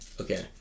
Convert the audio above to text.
Okay